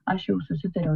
aš jau susitariau